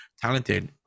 talented